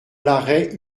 larrey